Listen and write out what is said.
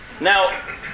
Now